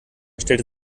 stellte